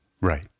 Right